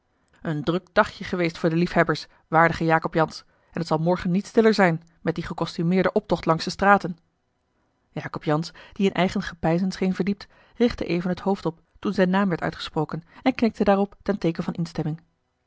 een druk dagje geweest voor de liefhebbers waardige jacob jansz en t zal morgen niet stiller zijn met dien gecostumeerden optocht langs de straten jacob jansz die in eigen gepeinzen scheen verdiept richtte even het hoofd op toen zijn naam werd uitgesproken en knikte daarop ten teeken van instemming